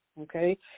okay